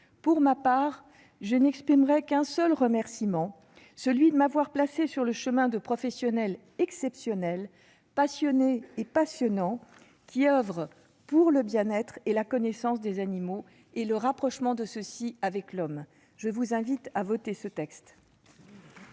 Pour ma part, je n'exprimerai qu'un seul remerciement, celui de m'avoir placée sur le chemin de professionnels exceptionnels, passionnés et passionnants, qui oeuvrent pour le bien-être et la connaissance des animaux, ainsi que le rapprochement de ceux-ci avec l'homme. Je vous invite, mes chers